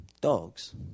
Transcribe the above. dogs